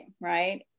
Right